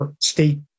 state